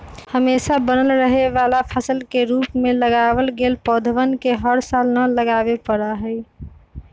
हमेशा बनल रहे वाला फसल के रूप में लगावल गैल पौधवन के हर साल न लगावे पड़ा हई